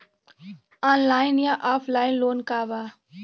Online या offline loan का बा?